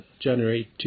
January